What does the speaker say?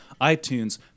iTunes